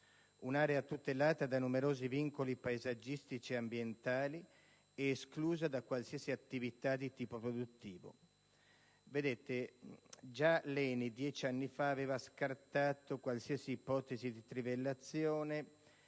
un'area tutelata da numerosi vincoli paesaggistici e ambientali ed esclusa da qualsiasi attività di tipo produttivo. Già l'ENI dieci anni fa aveva scartato qualsiasi ipotesi di trivellazione